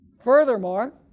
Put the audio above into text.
Furthermore